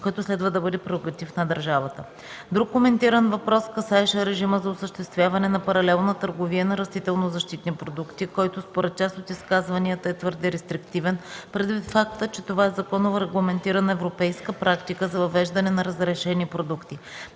който следва да бъде прерогатив на държавата. Друг коментиран въпрос касаеше режима за осъществяване на паралелна търговия на растителнозащитни продукти, който според част от изказванията е твърде рестриктивен, предвид факта, че това е законово регламентирана европейска практика за въвеждане на разрешени продукти.